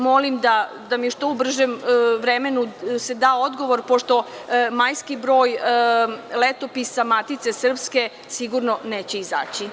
Molim da mi se u što bržem vremenu da odgovor, pošto majski broj Letopisa Matice srpske sigurno neće izaći.